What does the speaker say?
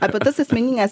apie tas asmenines